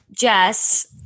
Jess